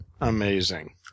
Amazing